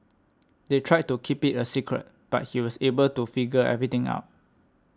they tried to keep it a secret but he was able to figure everything out